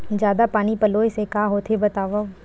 जादा पानी पलोय से का होथे बतावव?